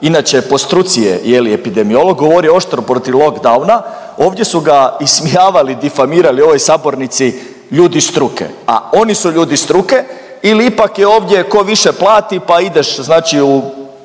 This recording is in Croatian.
Inače po struci je epidemiolog, govorio je oštro protiv lock downa. Ovdje su ga ismijavali, difamirali u ovoj sabornici ljudi iz struke, a oni su ljudi iz struke ili ipak je ovdje tko više plati pa ideš znači